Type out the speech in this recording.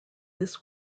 this